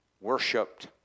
worshipped